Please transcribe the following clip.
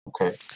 Okay